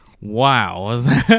Wow